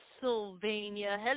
Pennsylvania